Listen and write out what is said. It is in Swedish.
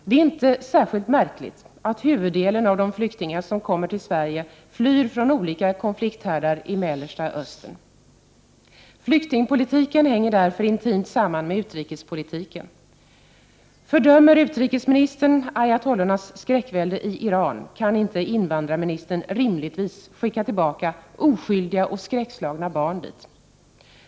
Det är inte särskilt märkligt att huvuddelen av de flyktingar som kommer till Sverige flyr från olika konflikthärdar i Mellersta Östern. Flyktingpolitiken hänger därför intimt samman med utrikespolitiken. Fördömer utrikesministern ayatollornas skräckvälde i Iran, kan rimligtvis inte invandrarministern skicka tillbaka oskyldiga och skräckslagna barn dit.